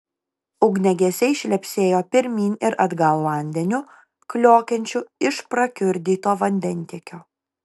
ugniagesiai šlepsėjo pirmyn ir atgal vandeniu kliokiančiu iš prakiurdyto vandentiekio